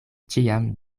ĉiam